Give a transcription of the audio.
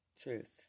truth